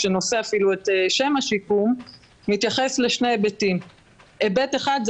אני בטוח